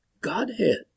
Godhead